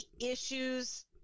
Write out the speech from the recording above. issues